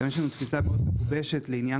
גם יש לנו תפיסה מאוד מגובשת לעניין